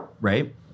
right